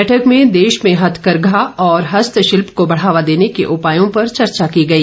बैठक में देश में हथकरघा और हस्तशिल्प को बढ़ावा देने के उपायों पर चर्चा की गई